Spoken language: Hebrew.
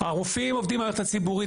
הרופאים עובדים במערכת הציבורית,